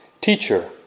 Teacher